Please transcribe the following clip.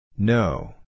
No